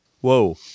Whoa